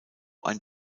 ein